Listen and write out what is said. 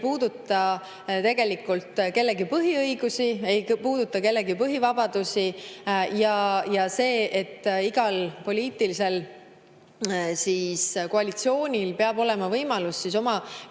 puuduta tegelikult kellegi põhiõigusi ega kellegi põhivabadusi. See, et igal poliitilisel koalitsioonil peab olema võimalus oma